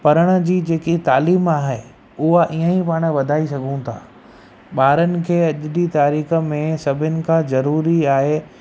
पढ़ण जी जेकी तालीम आहे उहा इअं ई पाणि वधाए सघूं था ॿारनि खे अॼु जी तारीख़ में सभिनी खां ज़रूरी आहे